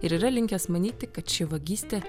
ir yra linkęs manyti kad ši vagystė